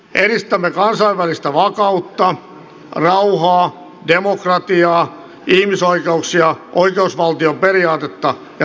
edistämme kansainvälistä vakautta rauhaa demokratiaa ihmisoikeuksia oikeusvaltioperiaatetta ja tasa arvoa